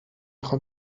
خوام